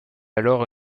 alors